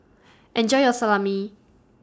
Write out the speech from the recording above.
Enjoy your Salami